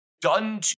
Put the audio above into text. done